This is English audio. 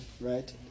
right